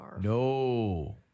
No